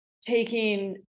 taking